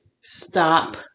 stop